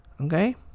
okay